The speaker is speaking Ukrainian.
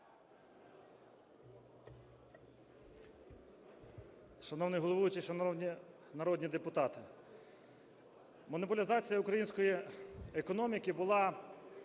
Шановний головуючий, шановні народні депутати! Монополізація української економіки була